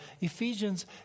Ephesians